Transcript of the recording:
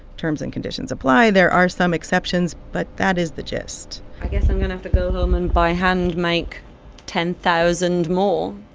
terms and conditions apply. there are some exceptions. but that is the gist i guess i'm going to have to go home and buy handmake ten thousand more.